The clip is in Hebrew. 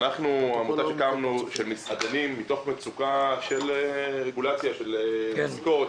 עמותה של מסעדנים שקמה מתוך מצוקה של רגולציה של חוקים,